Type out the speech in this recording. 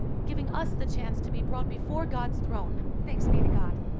giving us the chance to be brought before god's throne. thanks be to god!